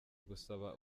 gusaba